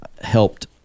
helped –